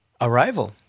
Arrival